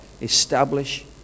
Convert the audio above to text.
establish